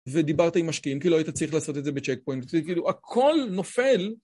ודיברת עם משקיעים, כי לא היית צריך לעשות את זה בצ'ק פוינט, כי כאילו הכל נופל.